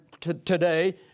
today